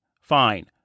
fine